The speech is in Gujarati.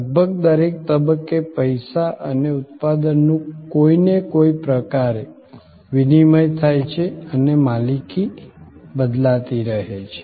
લગભગ દરેક તબક્કે પૈસા અને ઉત્પાદનનું કોઈને કોઈ પ્રકારનું વિનિમય થાય છે અને માલિકી બદલાતી રહે છે